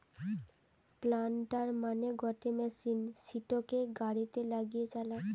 planter মানে গটে machine সিটোকে গাড়িতে লাগিয়ে চালায়